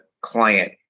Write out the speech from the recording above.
client